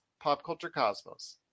PopCultureCosmos